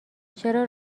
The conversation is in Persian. چرا